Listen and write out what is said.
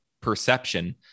perception